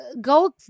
Go